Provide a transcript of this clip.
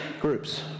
groups